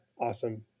Awesome